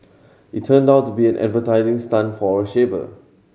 it turned out to be an advertising stunt for a shaver